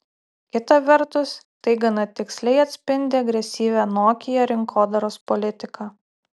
kita vertus tai gana tiksliai atspindi agresyvią nokia rinkodaros politiką